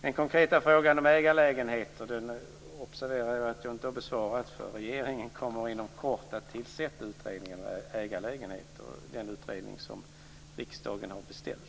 Jag har observerat att jag inte har besvarat den konkreta frågan om ägarlägenheter. Regeringen kommer inom kort att tillsätta den utredning om ägarlägenheter som riksdagen har beställt.